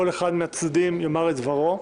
כל אחד מהצדדים יאמר את דברו.